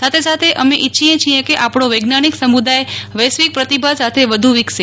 સાથે સાથે અમે ઇચ્છીએ છીએ કે આપણો વૈજ્ઞાનિક સમુદાય વૈશ્વિક પ્રતિભા સાથે વધુ વિકસે